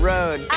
Road